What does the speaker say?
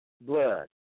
blood